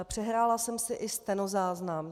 Přehrála jsem si i stenozáznam.